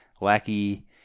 Lackey